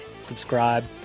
subscribe